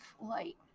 light